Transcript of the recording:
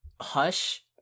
Hush